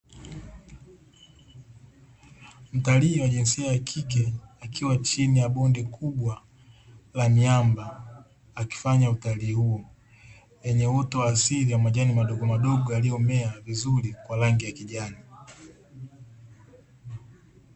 Mtalii wa jinsia ya kikei akiwa chini ya bonde kubwa la miamba, akifanya utalii huo, lenye uoto wa asili ya majani madogomadogo yaliyomea vizuri kwa rangi ya kijani.